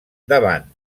davant